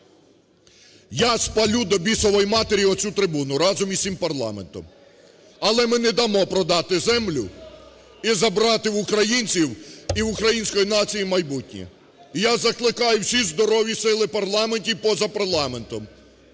Я спалю до бісової матері оцю трибуну разом із цим парламентом! Але ми не дамо продати землю і забрати в українців і української нації майбутнє. Я закликаю всі здорові сили в парламенті і поза парламентом